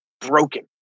broken